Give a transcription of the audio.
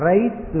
Right